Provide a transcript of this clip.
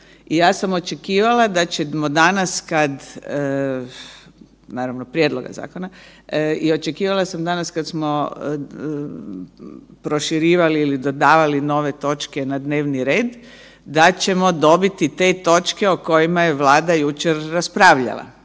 i ja sam očekivala da ćemo danas kad, naravno prijedloga zakona, i očekivala sam danas kada smo proširivali ili dodavali nove točke na dnevni red da ćemo dobiti te točke o kojima je Vlada jučer raspravljala,